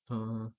a'ah